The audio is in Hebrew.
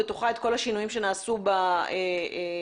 אותה ועדה ייצגה את אזרחי מדינת ישראל.